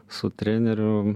su treneriu